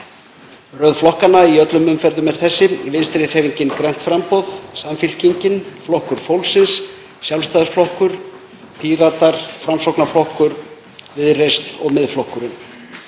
Röð flokkanna í öllum umferðum er þessi: Vinstrihreyfingin – grænt framboð, Samfylkingin, Flokkur fólksins, Sjálfstæðisflokkur, Píratar, Framsóknarflokkur, Viðreisn og Miðflokkurinn.